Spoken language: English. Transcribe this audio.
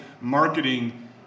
marketing